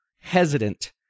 hesitant